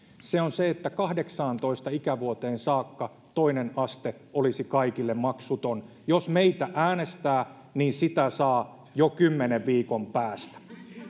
se on se että kahdeksaantoista ikävuoteen saakka toinen aste olisi kaikille maksuton jos meitä äänestää niin sitä saa jo kymmenen viikon päästä